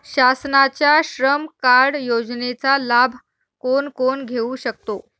शासनाच्या श्रम कार्ड योजनेचा लाभ कोण कोण घेऊ शकतो?